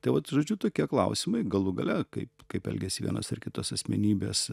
tai vat žodžiu tokie klausimai galų gale kaip kaip elgėsi vienos ar kitos asmenybės